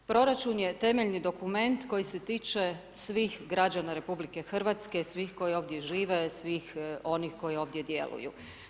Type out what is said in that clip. Proračun je temeljni dokument koji se tiče svih građana RH, svih koji ovdje žive, svih onih koji ovdje djeluju.